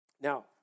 Now